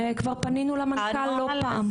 וכבר פנינו למנכ"ל לא פעם.